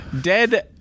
dead